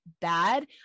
bad